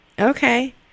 Okay